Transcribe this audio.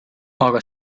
aga